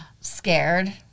scared